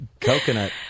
coconut